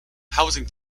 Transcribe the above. housing